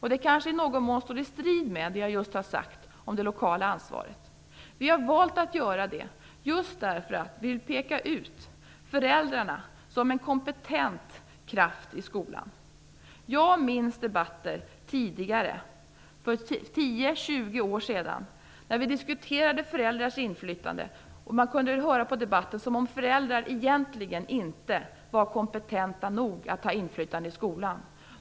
I någon mån står det kanske i strid med vad jag just har sagt om det lokala ansvaret. Vi har valt att göra så just därför att vi vill peka ut föräldrarna som en kompetent kraft i skolan. Jag minns debatter från tidigare - för 10-20 år sedan - där vi diskuterade föräldrars inflytande. Det lät då som om föräldrar egentligen inte var kompetenta nog att ha inflytande i skolan.